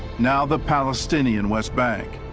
now the palestinian west bank.